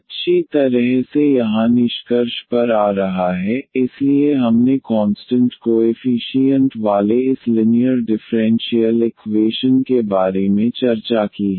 अच्छी तरह से यहाँ निष्कर्ष पर आ रहा है इसलिए हमने कॉन्सटंट कोएफीशीयंट वाले इस लिनीयर डिफ़्रेंशियल इकवेशन के बारे में चर्चा की है